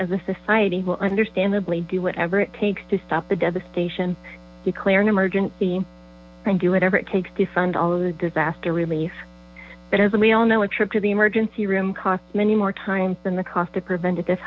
as a society will understandably do whatever it takes to stop the devastation declare an emergency and do whatever it takes to fund all of the disaster relief but as we all know a trip to the emergency room costs many more times than the cost of preventative